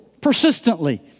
persistently